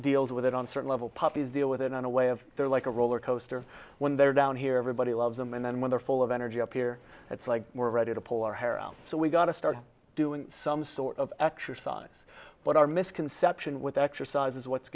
deals with it on certain level puppies deal with it on a way of they're like a roller coaster when they're down here everybody loves them and then when they're full of energy up here it's like we're ready to pull our hair out so we gotta start doing some sort of exercise what our misconception with exercise is what's